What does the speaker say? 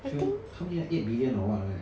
feel how many eight billion or what right